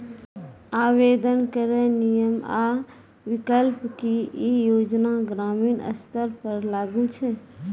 आवेदन करैक नियम आ विकल्प? की ई योजना ग्रामीण स्तर पर लागू छै?